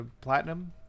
platinum